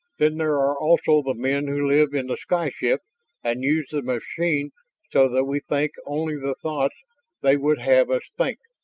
then there are also the men who live in the sky ship and use the machine so that we think only the thoughts they would have us think.